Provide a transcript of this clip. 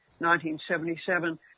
1977